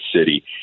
city